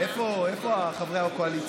איפה חברי הקואליציה?